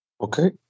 Okay